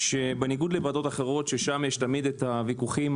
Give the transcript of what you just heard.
שבניגוד לוועדות אחרות ששם יש הדיונים הסוערים